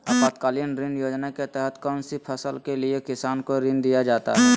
आपातकालीन ऋण योजना के तहत कौन सी फसल के लिए किसान को ऋण दीया जाता है?